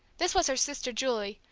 this was her sister julie,